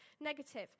negative